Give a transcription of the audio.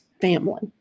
family